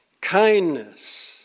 Kindness